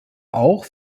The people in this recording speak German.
auch